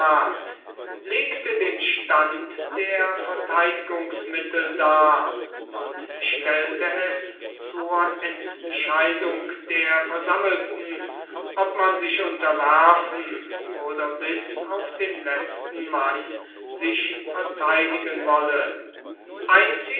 legte den stand der verteidigungsmittel dar und stellte es zur entscheidung der versammelten ob man sich unterwerfen oder bis auf den letzten mann sich verteidigen wolle